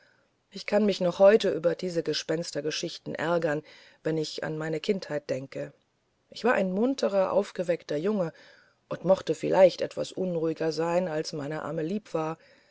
ich kann mich noch heute über diese gespenstergeschichten ärgern wenn ich an meine kindheit denke ich war ein munterer aufgeweckter junge und mochte vielleicht etwas unruhiger sein als meiner amme lieb war